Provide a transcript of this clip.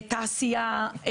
תעשייה.